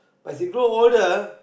but as they grow older